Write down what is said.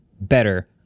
better